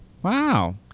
Wow